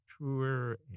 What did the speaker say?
truer